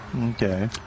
Okay